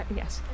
yes